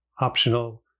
optional